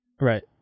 Right